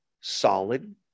solid